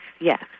Yes